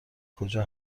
کجا